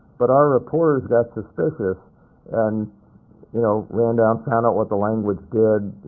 but our reporters got suspicious and you know ran down, found out what the language did,